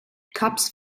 cups